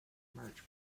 march